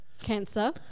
cancer